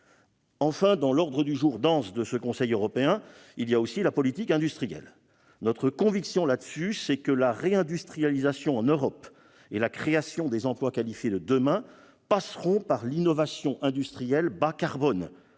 Dans l'ordre du jour dense de ce Conseil européen, il y a aussi la politique industrielle. Notre conviction à cet égard est que la réindustrialisation en Europe et la création des emplois qualifiés de demain passeront par l'innovation industrielle bas-carbone.